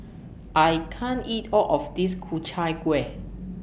I can't eat All of This Ku Chai Kuih